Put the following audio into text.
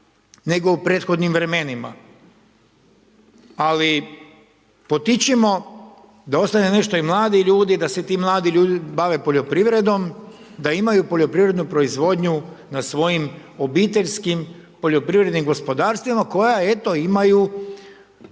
nego u prethodnim vremenima, ali potičimo da ostane nešto i mladih ljudi da se ti mladi ljudi bave poljoprivrednom da imaju poljoprivrednu proizvodnju na svojim obiteljskim poljoprivrednim gospodarstvima koja eto imaju,